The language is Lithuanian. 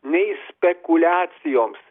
nei spekuliacijoms